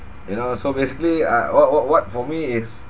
you know so basically uh what what what for me is